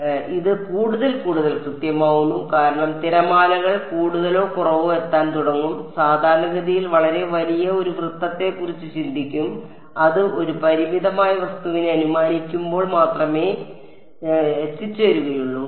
അതിനാൽ ഇത് കൂടുതൽ കൂടുതൽ കൃത്യമാവുന്നു കാരണം തിരമാലകൾ കൂടുതലോ കുറവോ എത്താൻ തുടങ്ങും സാധാരണഗതിയിൽ വളരെ വലിയ ഒരു വൃത്തത്തെ കുറിച്ച് ചിന്തിക്കും അത് ഒരു പരിമിതമായ വസ്തുവിനെ അനുമാനിക്കുമ്പോൾ മാത്രമേ എത്തിച്ചേരുകയുള്ളൂ